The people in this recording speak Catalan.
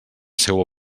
seua